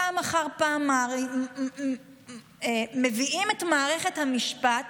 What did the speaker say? פעם אחר פעם מביאים את מערכת המשפט